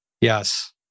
Yes